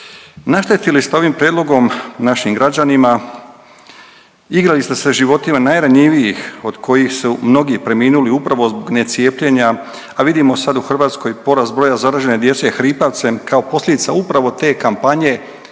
Naštetili ste ovim prijedlogom našim građanima, igrali ste se životima najranjivijih od kojih su mnogi preminuli upravo zbog ne cijepljenja, a vidimo sad u Hrvatskoj porast broja zaražene djece hripavcem kao posljedica upravo te kampanje